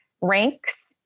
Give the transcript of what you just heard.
ranks